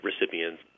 recipients